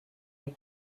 les